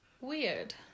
Weird